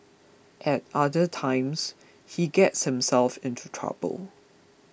at other times he gets himself into trouble